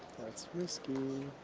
that's risky.